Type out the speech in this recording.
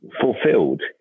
fulfilled